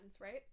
right